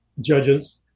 judges